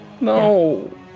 No